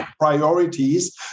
priorities